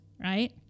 right